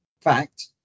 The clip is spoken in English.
fact